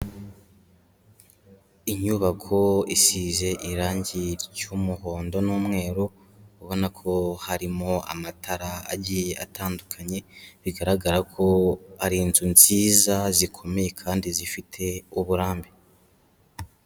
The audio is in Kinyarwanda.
Inyubako isize irangi ry'umuhondo n'umweru, ubona ko harimo amatara agiye atandukanye, bigaragara ko ari inzu nziza zikomeye kandi zifite uburambe.